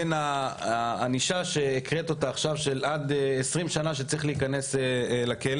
בין הענישה שהקראת אותה עכשיו של עד 20 שנה שצריך להיכנס לכלא,